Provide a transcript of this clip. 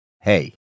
Hey